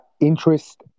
Interest